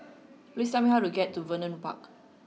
please tell me how to get to Vernon Park